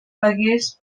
pagués